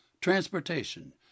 transportation